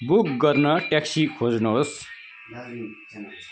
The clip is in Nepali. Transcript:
बुक गर्न ट्याक्सी खोज्नुहोस्